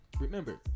remember